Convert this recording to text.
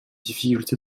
difficultés